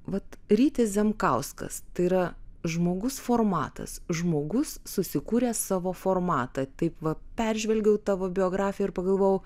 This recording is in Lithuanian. vat rytis zemkauskas tai yra žmogus formatas žmogus susikūręs savo formatą taip va peržvelgiau tavo biografiją ir pagalvojau